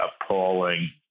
appalling